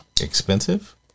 Expensive